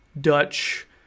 Dutch